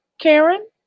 Karen